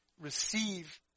receive